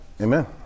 Amen